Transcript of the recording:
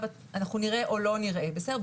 אנחנו נראה או לא נראה את העלייה, בסדר?